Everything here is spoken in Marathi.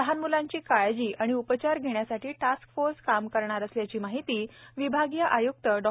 लहान म्लांची काळजी व उपचार घेण्यासाठी टास्क फोर्स काम करणार असल्याची माहिती विभागीय आय्क्त डॉ